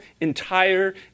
entire